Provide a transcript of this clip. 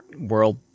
world